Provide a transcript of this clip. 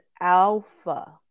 alpha